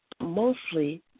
Mostly